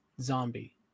zombie